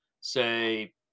say